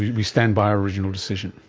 we stand by our original decision.